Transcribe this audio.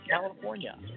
California